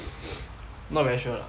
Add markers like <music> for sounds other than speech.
<noise> not very sure lah